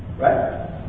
right